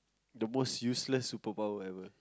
the most useless superpower ever